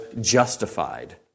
justified